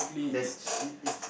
there's is is